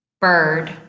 Bird